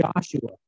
Joshua